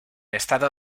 estado